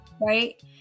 right